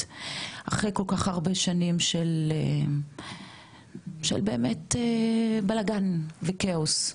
אחרי כל כך הרבה שנים של באמת בלגן וכאוס.